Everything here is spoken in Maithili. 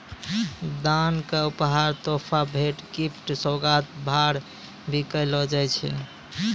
दान क उपहार, तोहफा, भेंट, गिफ्ट, सोगात, भार, भी कहलो जाय छै